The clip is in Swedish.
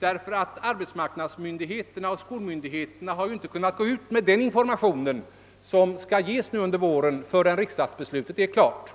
arbetsmarknadsmyndigheterna och skolmyndigheterna har inte kunnat påbörja den information som skall ges under våren förrän riksdagsbeslutet är klart.